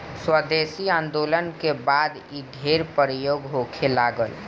स्वदेशी आन्दोलन के बाद इ ढेर प्रयोग होखे लागल